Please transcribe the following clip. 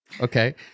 okay